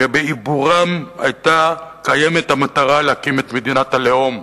שבעיבורן היתה קיימת המטרה להקים את מדינת הלאום,